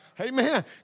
Amen